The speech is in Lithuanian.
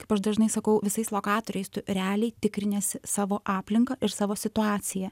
kaip aš dažnai sakau visais lokatoriais tu realiai tikriniesi savo aplinką ir savo situaciją